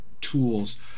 tools